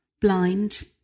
blind